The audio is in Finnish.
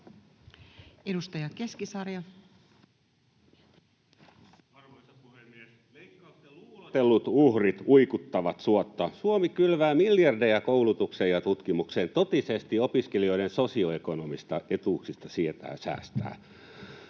Edustaja Keskisarja. Arvoisa puhemies! Leikkausten luulotellut uhrit uikuttavat suotta. Suomi kylvää miljardeja koulutukseen ja tutkimukseen, totisesti opiskelijoiden sosioekonomisista etuuksista siirtäen säästää.